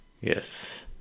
Yes